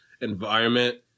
environment